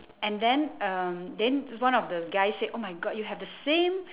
and then um then this one of the guy said oh my god you have the same